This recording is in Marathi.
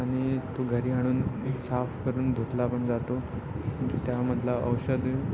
आणि तो घरी आणून साफ करून धुतला पण जातो त्यामधला औषध